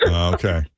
okay